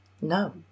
No